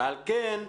לכן,